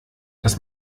dass